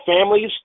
families